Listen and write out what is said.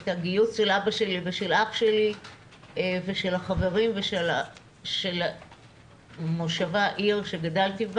את הגיוס של אבא שלי ושל אח שלי ושל החברים ושל המושבה שבה גדלתי,